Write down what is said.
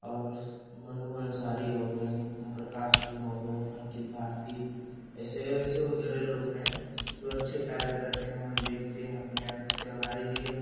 और मनु अंसारी हो गए ओम प्रकाश सिंह हो गए अंकित भारती ऐसे वैसे वगैरह लोग हैं जो अच्छे कार्य करते हैं हम देखते हैं अपने आँखों से हमारे डी एम